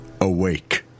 Awake